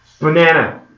Banana